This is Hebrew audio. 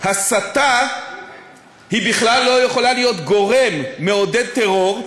הסתה בכלל לא יכולה להיות גורם מעודד טרור,